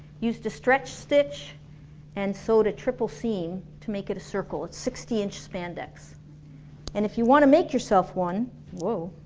used a stretch stitch and sewed a triple seam to make it a circle. it's sixty inch spandex and if you want to make yourself one